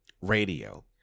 radio